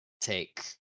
Take